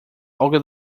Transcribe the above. logo